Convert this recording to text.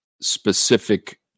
specific